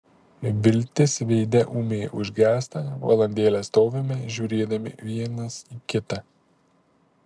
viltis veide ūmiai užgęsta valandėlę stovime žiūrėdami vienas į kitą